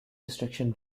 destruction